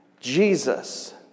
Jesus